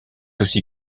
aussi